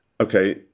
okay